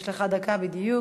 יש לך דקה בדיוק.